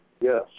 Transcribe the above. Yes